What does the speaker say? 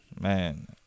Man